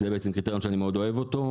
זה קריטריון שאני מאוד אוהב אותו,